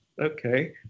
okay